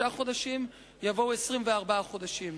"בשלושת החודשים" יבוא "ב-24 החודשים".